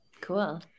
Cool